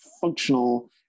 functional